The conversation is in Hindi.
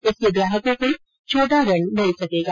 इससे ग्राहकों को छोटा ऋण मिल सकेगा